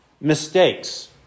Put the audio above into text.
Mistakes